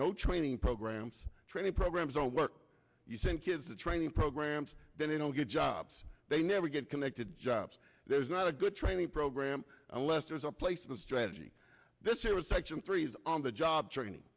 chaining programs training programs or work you send kids to training programs they don't get jobs they never get connected jobs there's not a good training program unless there's a placement strategy this year is section three is on the job training